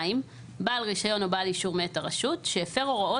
בעל רישיון או בעל אישור מאת הרשות שהפר הוראות